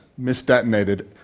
misdetonated